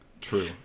True